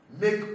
Make